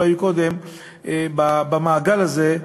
שלא היו קודם במעגל הזה,